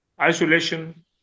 isolation